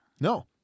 No